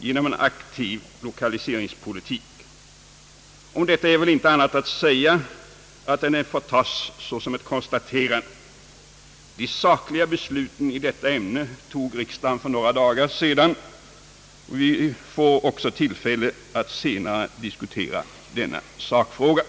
genom en aktiv lokaliseringspolitik. Om detta är väl inte annat att säga än att det får tas som ett konstaterande. De sakliga besluten i detta ämne tog riksdagen för några dagar sedan. Vi får också tillfälle att senare diskutera denna sakfråga.